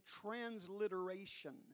transliteration